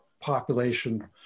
population